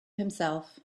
himself